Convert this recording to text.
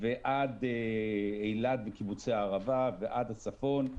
ועד אילת וקיבוצי הערבה ועד הצפון,